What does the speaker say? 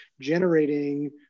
generating